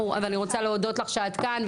ואני רוצה להודות לך שאת כאן,